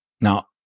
Now